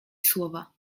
słowa